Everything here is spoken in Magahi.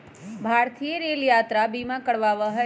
भारतीय रेल यात्रा बीमा करवावा हई